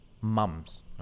mums